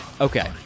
Okay